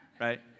right